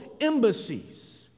embassies